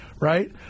Right